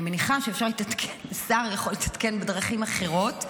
אני מניחה ששר יכול להתעדכן בדרכים אחרות,